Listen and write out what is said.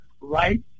right